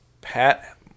Pat